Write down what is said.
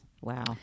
Wow